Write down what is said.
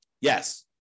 Yes